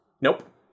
Nope